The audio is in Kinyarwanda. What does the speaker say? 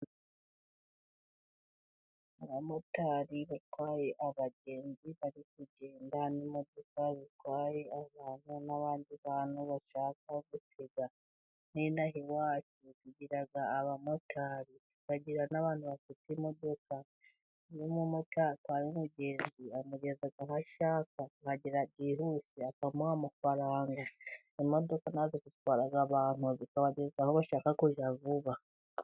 Abamotari batwaye abagenzi bari kugenda, n'imodoka zitwaye abantu n'abandi bantu bashaka gutega. N'ino aha iwacu tugira abamotari, tukagira n'abantu bafite imodoka. Iyo umumotari atwaye umugenzi amugeza aho ashaka akahagera byihuse, akamuha amafaranga. imodoka na zo zitwara abantu zikabageza aho bashaka kujya vuba.